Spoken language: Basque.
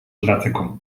aldatzeko